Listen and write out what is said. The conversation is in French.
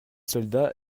soldats